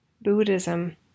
Buddhism